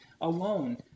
alone